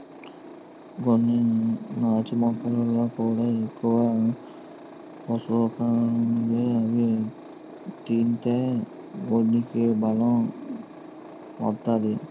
కొన్ని నాచు మొక్కల్లో కూడా ఎక్కువ పోసకాలుండి అవి తింతే ఒంటికి బలం ఒత్తాది